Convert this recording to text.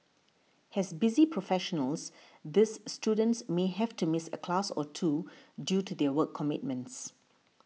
as busy professionals these students may have to miss a class or two due to their work commitments